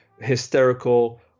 hysterical